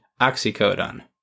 oxycodone